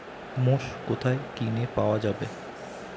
মোষ কোথায় কিনে পাওয়া যাবে?